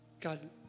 God